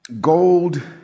gold